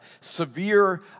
severe